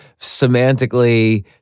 semantically